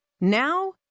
Now